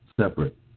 separate